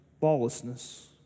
lawlessness